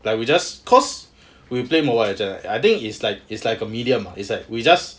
like we just cause we play mobile legend right I think is like is like a medium is like we just